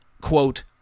quote